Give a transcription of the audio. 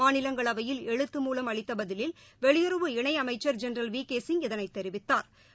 மாநிலங்களவையில் எழுத்து மூலம் அளித்தபதிலில் வெளியுறவு இணைஅமைச்சர் ஜெனரல் விகேசிங் இதனைத் தெரிவித்தாா்